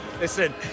Listen